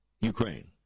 Ukraine